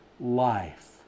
Life